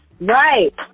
Right